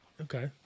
Okay